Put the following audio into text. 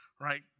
right